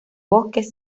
bosques